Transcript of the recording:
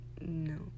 No